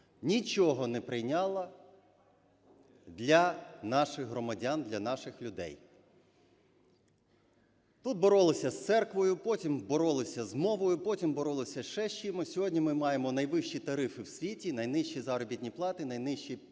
нічого не прийняла для наших громадян, для наших людей. Тут боролися з церквою, потім боролися з мовою, потім боролися ще з чимось. Сьогодні ми маємо найвищі тарифи в світі і найнижчі заробітні плати, найнижчі пенсії